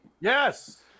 Yes